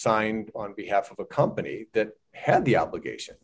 signed on behalf of a company that had the obligation